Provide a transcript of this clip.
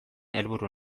helburu